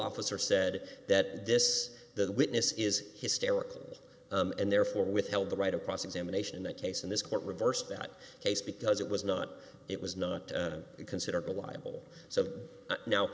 officer said that this the witness is hysterical and therefore withheld the right across examination in that case in this court reversed that case because it was not it was not considerable liable so now